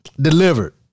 delivered